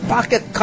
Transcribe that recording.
Pocket